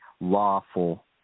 lawful